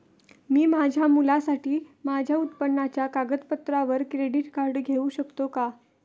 मी माझ्या मुलासाठी माझ्या उत्पन्नाच्या कागदपत्रांवर क्रेडिट कार्ड घेऊ शकतो का?